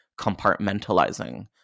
compartmentalizing